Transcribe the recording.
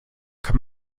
kann